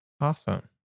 awesome